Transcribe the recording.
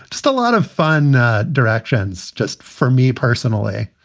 just a lot of fun directions just for me personally.